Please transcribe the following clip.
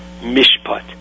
mishpat